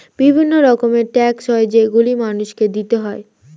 বিভিন্ন রকমের ট্যাক্স হয় যেগুলো মানুষকে দিতে হয়